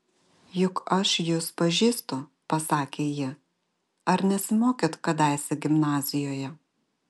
juk aš jus pažįstu pasakė ji ar nesimokėt kadaise gimnazijoje